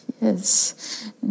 Yes